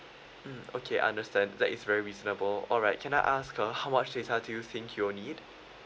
mm okay understand that is very reasonable alright can I ask uh how much data do you think you'll need